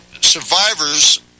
survivors